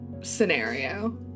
scenario